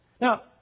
Now